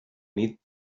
nit